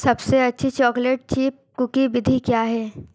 सबसे अच्छी chocolate chip cookie विधि क्या है